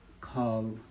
call